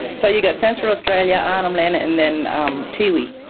so you've got central australia, arnhem land and then um tiwi.